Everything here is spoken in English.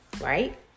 Right